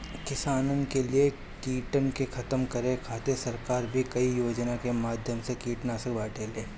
किसानन के लिए कीटन के खतम करे खातिर सरकार भी कई योजना के माध्यम से कीटनाशक बांटेले